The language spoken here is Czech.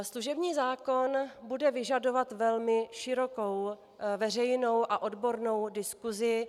Služební zákon bude vyžadovat velmi širokou veřejnou a odbornou diskusi.